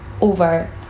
over